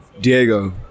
Diego